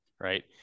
Right